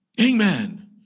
Amen